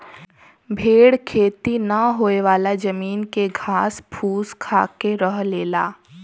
भेड़ खेती ना होयेवाला जमीन के घास फूस खाके रह लेला